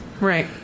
Right